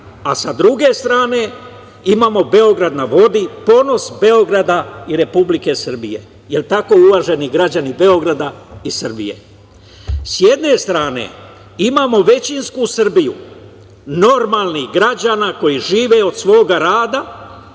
a sa druge strane imamo Beograd na vodi, ponos Beograda i Republike Srbije. Da li je tako uvaženi građani Beograda i Srbije?S jedne strane, imamo većinsku Srbiju normalnih građana koji žive od svog rada